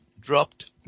dropped